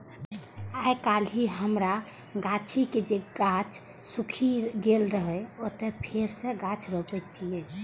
आइकाल्हि हमरा गाछी के जे गाछ सूखि गेल रहै, ओतय फेर सं गाछ रोपै छियै